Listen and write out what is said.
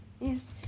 Yes